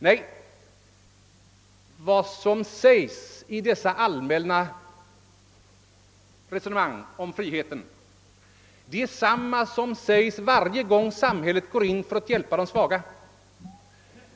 Nej, vad som sägs i dessa allmänna resonemang om friheten är detsamma som sägs varje gång samhället går in för att hjälpa de svaga.